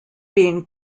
being